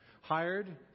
Hired